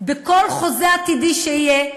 בכל חוזה עתידי שיהיה,